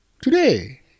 Today